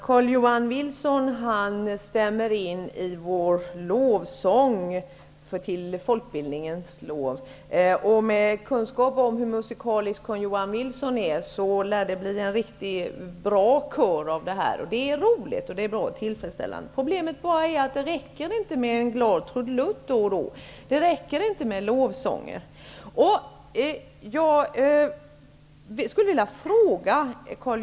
Herr talman! Carl-Johan Wilson stämmer in i vår lovsång till folkbildningen. Med kunskap om hur musikalisk Carl-Johan Wilson är lär det bli en riktigt bra kör av det här. Det är roligt. Det är bra och tillfredsställande. Problemet är bara att det inte räcker med en glad trudelutt då och då. Det räcker inte med lovsånger.